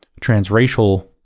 Transracial